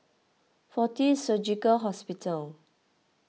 fortis Surgical Hospital